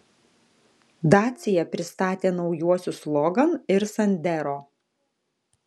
dacia pristatė naujuosius logan ir sandero